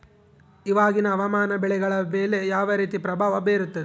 ಇವಾಗಿನ ಹವಾಮಾನ ಬೆಳೆಗಳ ಮೇಲೆ ಯಾವ ರೇತಿ ಪ್ರಭಾವ ಬೇರುತ್ತದೆ?